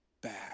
bad